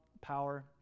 power